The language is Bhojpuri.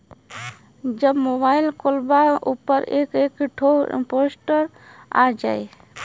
जब मोबाइल खोल्बा ओपर एक एक ठो पोस्टर आ जाई